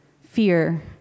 Fear